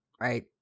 right